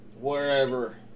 wherever